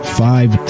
five